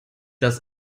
das